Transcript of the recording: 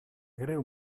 greu